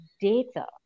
data